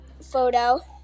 photo